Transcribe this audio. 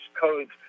codes